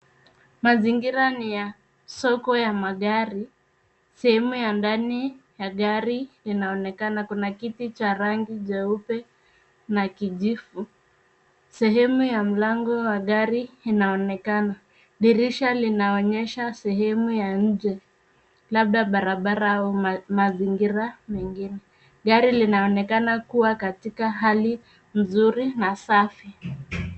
Mazingira ni ya soko ya magari, sehemu ya ndani ya gari inaonekana. Kuna kiti cha rangi jeupe na kijivu. Sehemu ya mlango wa gari inaonekana. Dirisha linaonyesha sehemu ya nje, labda barabara au mazingira mengine. Gari linaonekana kuwa katika hali nzuri na safi.